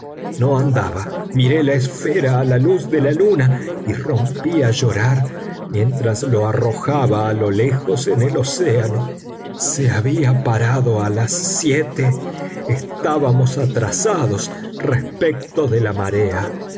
no andaba miré la esfera a la luz de la luna y rompí a llorar mientras lo arrojaba a lo lejos en el océano se había parado a las siete estábamos atrasados respecto de la marea